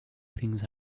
things